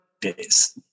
days